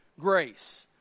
grace